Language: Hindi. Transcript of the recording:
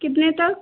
कितने तक